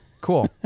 Cool